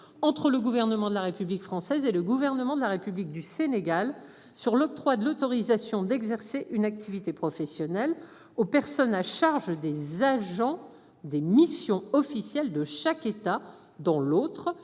entre le gouvernement de la République française et le gouvernement de la République du Sénégal sur l'octroi de l'autorisation d'exercer une activité professionnelle aux personnes à charge des agents des missions officielles de chaque État. Dans l'autre